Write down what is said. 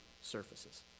surfaces